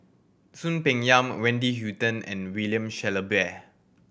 Soon Peng Yam Wendy Hutton and William Shellabear